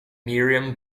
miriam